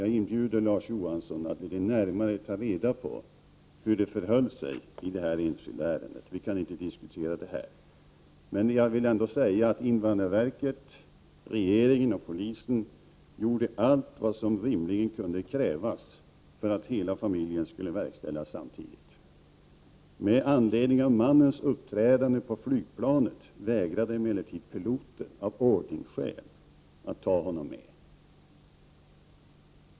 Jag inbjuder Larz Johansson att litet närmare ta reda på hur det förhöll sig i detta enskilda ärende. Vi kan ju inte diskutera det här. Jag vill ändå säga att invandrarverket, regeringen och polisen gjorde allt vad som rimligen kunde krävas för att hela familjen Salinas skulle kunna utvisas samtidigt. Med anledning av mannens uppträdande på flygplanet vägrade emellertid piloten, av ordningsskäl, att ta med mannen.